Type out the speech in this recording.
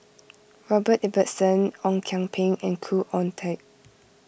Robert Ibbetson Ong Kian Peng and Khoo Oon Teik